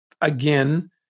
again